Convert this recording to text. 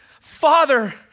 Father